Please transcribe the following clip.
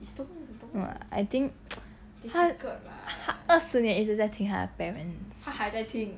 no I think 他二十年一直在听他的 parents